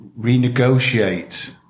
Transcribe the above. renegotiate